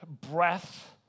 breath